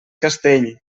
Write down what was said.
castell